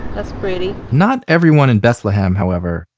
that's pretty not everyone in bethlehem, however,